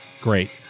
Great